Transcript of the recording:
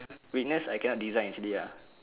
weakness I cannot design actually ya